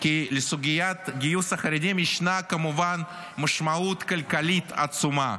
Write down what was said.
כי לסוגיית גיוס החרדים ישנה כמובן משמעות כלכלית עצומה.